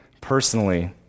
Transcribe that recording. personally